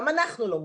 גם אנחנו לא מוכנים.